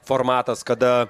formatas kada